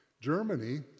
Germany